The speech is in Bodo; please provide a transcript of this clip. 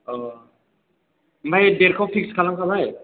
औ ओमफ्राय डेटखौ फिक्स खालाम खाबाय